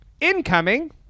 incoming